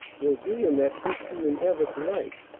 he'll be in that christian endeavor to-night.